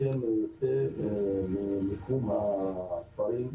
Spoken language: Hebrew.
--- מתחום הכפרים,